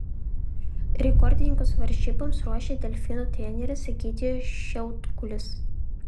rekordininkus varžyboms ruošia delfino treneris egidijus šiautkulis